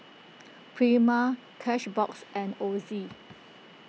Prima Cashbox and Ozi